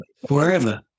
wherever